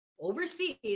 overseas